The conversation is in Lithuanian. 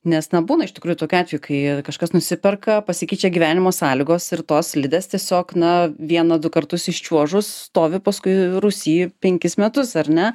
nes na būna iš tikrųjų tokių atvejų kai kažkas nusiperka pasikeičia gyvenimo sąlygos ir tos slidės tiesiog na vieną du kartus iščiuožus stovi paskui rūsy penkis metus ar ne